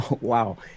wow